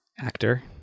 actor